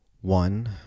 One